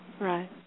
Right